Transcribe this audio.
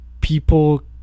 people